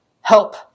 Help